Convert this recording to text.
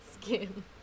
skin